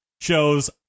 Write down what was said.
shows